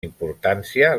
importància